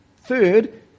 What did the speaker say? Third